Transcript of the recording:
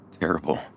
terrible